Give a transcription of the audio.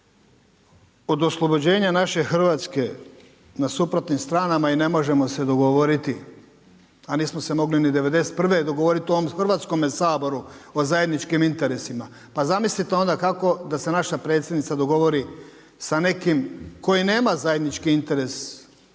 od oslobođenja naše Hrvatske na suprotnim stranama i ne možemo se dogovoriti, a nismo se mogli ni '91. dogovoriti u ovome Hrvatskome saboru o zajedničkim interesima. Pa zamislite onda kako da se naša predsjednica dogovorim sa nekim tko i nema zajednički interes za